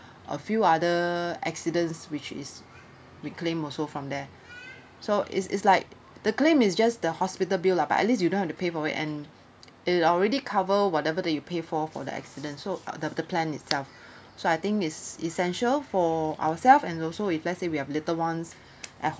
a few other accidents which is we claimed also from there so is is like the claim is just the hospital bill lah but at least you don't have to pay for it and it already cover whatever that you pay for for the accident so uh the the plan itself so I think is essential for ourselves and also if let's say we have little ones at